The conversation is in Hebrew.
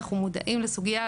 אנחנו מודעים לסוגיה.